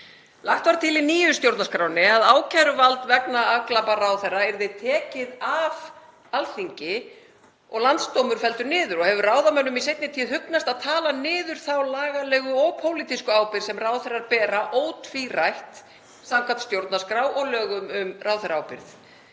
Lagt var til í nýju stjórnarskránni að ákæruvald vegna afglapa ráðherra yrði tekið af Alþingi og landsdómur felldur niður og hefur ráðamönnum í seinni tíð hugnast að tala niður þá lagalegu og pólitísku ábyrgð sem ráðherrar bera ótvírætt samkvæmt stjórnarskrá og lögum um ráðherraábyrgð.